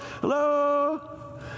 hello